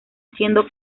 siendo